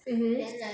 mmhmm